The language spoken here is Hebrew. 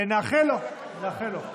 נאחל לו, נאחל לו.